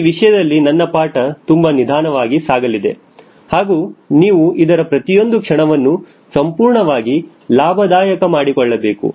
ಈ ವಿಷಯದಲ್ಲಿ ನನ್ನ ಪಾಠ ತುಂಬಾ ನಿಧಾನವಾಗಿ ಸಾಗಲಿದೆ ಹಾಗೂ ನೀವು ಇದರ ಪ್ರತಿಯೊಂದು ಕ್ಷಣವನ್ನು ಸಂಪೂರ್ಣವಾಗಿ ಲಾಭದಾಯಕ ಮಾಡಿಕೊಳ್ಳಬೇಕು